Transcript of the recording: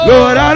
Lord